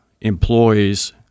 employees